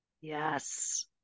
Yes